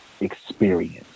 experience